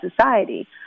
society